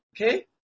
Okay